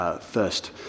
first